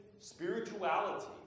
spirituality